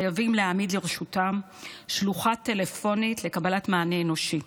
חייבים להעמיד לרשותם שלוחה טלפונית לקבלת מענה אנושי.